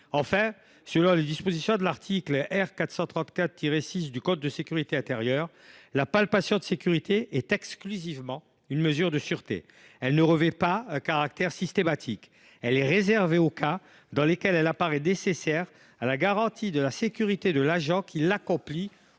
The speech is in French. Enfin, selon les dispositions de l’article R. 434 16 du code de la sécurité intérieure, la palpation de sécurité est exclusivement une mesure de sûreté et ne revêt pas un caractère systématique. Elle est réservée aux cas dans lesquels elle apparaît nécessaire à la garantie de la sécurité de l’agent qui l’accomplit